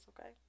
Okay